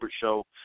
Show